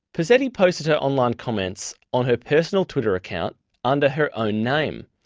posetti posted her online comments on her personal twitter account under her own name,